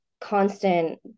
constant